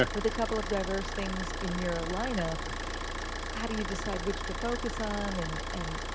with a couple of diverse things in your lineup how do you decide which to focus on? and and